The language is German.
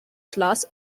glas